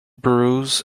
bruise